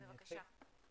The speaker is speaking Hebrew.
בבקשה.